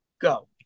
Go